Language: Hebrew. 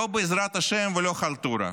לא בעזרת השם ולא חלטורה,